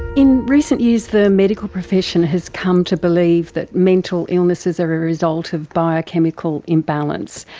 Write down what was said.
in recent years the medical profession has come to believe that mental illnesses are a result of biochemical imbalance.